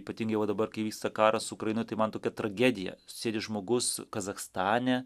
ypatingai va dabar kai vyksta karas ukrainoje tai man tokia tragedija sėdi žmogus kazachstane